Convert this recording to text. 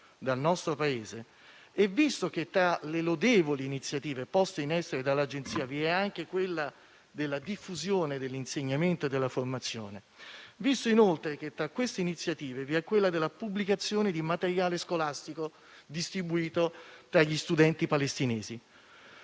di euro; visto che, tra le lodevoli iniziative poste in essere dall'Agenzia, vi è anche la diffusione dell'insegnamento e della formazione; visto, inoltre, che tra queste iniziative vi è la pubblicazione di materiale scolastico distribuito tra gli studenti palestinesi,